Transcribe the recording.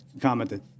commented